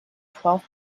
twelve